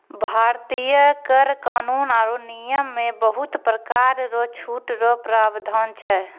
भारतीय कर कानून आरो नियम मे बहुते परकार रो छूट रो प्रावधान छै